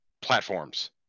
platforms